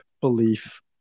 belief